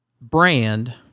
Brand